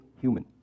human